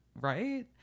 right